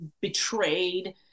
betrayed